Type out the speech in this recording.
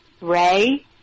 Ray